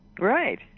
Right